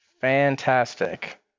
fantastic